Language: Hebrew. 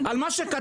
על מה שכתבת,